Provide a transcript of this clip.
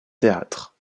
théâtre